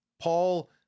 Paul